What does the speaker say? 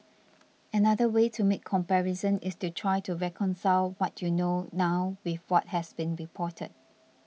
another way to make comparisons is to try to reconcile what you know now with what has been reported